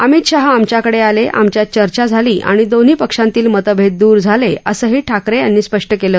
अमित शहा आमच्याकडे आले आमच्यात चर्चा झाली आणि दोन्ही पक्षांतील मतभेद दूर झाले असंही ठाकरे यांनी स्पष्ट केलं